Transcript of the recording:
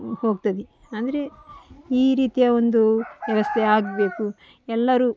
ಹೋಗ್ತದೆ ಅಂದರೆ ಈ ರೀತಿಯ ಒಂದು ವ್ಯವಸ್ಥೆ ಆಗಬೇಕು ಎಲ್ಲರೂ